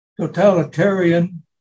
totalitarian